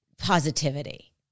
positivity